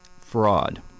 Fraud